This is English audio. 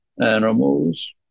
animals